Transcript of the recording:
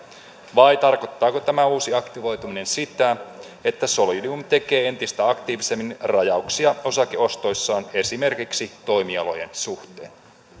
vai tarkoittaako tämä uusi aktivoituminen sitä että solidium tekee entistä aktiivisemmin rajauksia osakeostoissaan esimerkiksi toimialojen suhteen